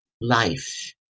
life